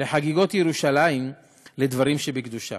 לחגיגות ירושלים לדברים שבקדושה.